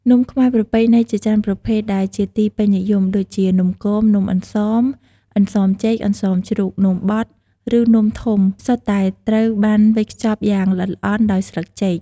នំខ្មែរប្រពៃណីជាច្រើនប្រភេទដែលជាទីពេញនិយម ដូចជា នំគម នំអន្សម (អន្សមចេក អន្សមជ្រូក) នំបត់ ឬនំធំ សុទ្ធតែត្រូវបានវេចខ្ចប់យ៉ាងល្អិតល្អន់ដោយស្លឹកចេក។